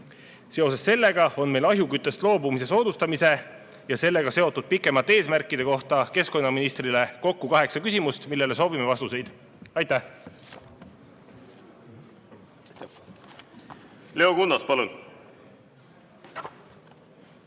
Seoses sellega on meil ahjuküttest loobumise soodustamise ja sellega seotud pikemate eesmärkide kohta keskkonnaministrile kokku kaheksa küsimust, millele soovime vastuseid. Aitäh! Leo Kunnas, palun!